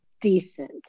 decent